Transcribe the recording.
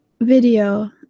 video